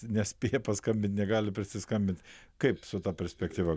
nespėja paskambint negali prisiskambint kaip su ta perspektyva